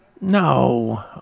no